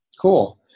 Cool